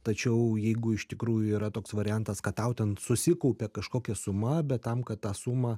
tačiau jeigu iš tikrųjų yra toks variantas kad tau ten susikaupė kažkokia suma bet tam kad tą sumą